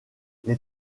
les